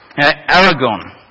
Aragon